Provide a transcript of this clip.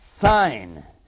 sign